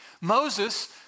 Moses